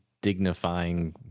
dignifying